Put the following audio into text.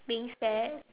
being spare